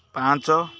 ପାଞ୍ଚ